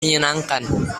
menyenangkan